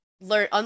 learn